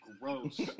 gross